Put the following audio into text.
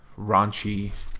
raunchy